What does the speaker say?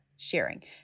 Sharing